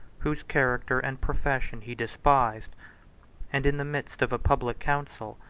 whose character and profession he despised and in the midst of a public council,